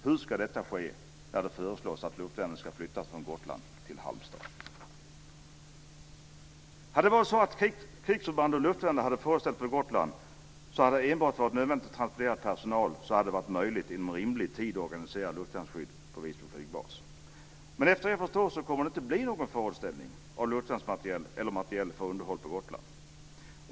Hur ska detta ske när det föreslås att luftvärnet flyttas från Hade det varit så att krigsförband ur luftvärnet hade förrådsställts på Gotland, så hade det enbart varit nödvändigt att transportera personal. Det hade varit möjligt inom rimlig tid att organisera luftvärnsskydd vid Visby flygbas. Efter vad jag förstår kommer det inte att bli någon förrådsställning av luftvärnsmateriel eller materiel för underhåll på Gotland.